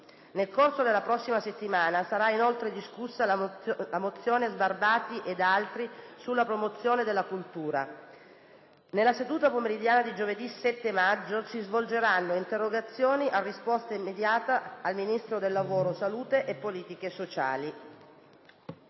Nel corso della prossima settimana sarà inoltre discussa la mozione Sbarbati e altri sulla promozione della cultura. Nella seduta pomeridiana di giovedì 7 maggio si svolgeranno interrogazioni a risposta immediata al Ministro del lavoro, della salute e delle politiche sociali.